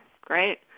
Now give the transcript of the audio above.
great